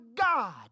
God